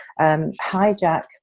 hijack